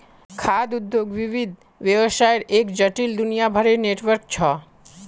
खाद्य उद्योग विविध व्यवसायर एक जटिल, दुनियाभरेर नेटवर्क छ